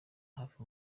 hafi